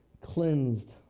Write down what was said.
cleansed